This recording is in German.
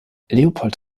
leopold